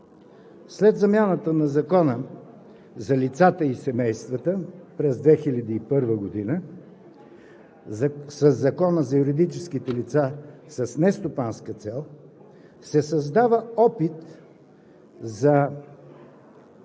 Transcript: След замяната на Закона за лицата и семействата през 2001 г. със Закона за юридическите лица с нестопанска цел се създава опит за